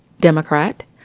Democrat